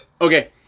Okay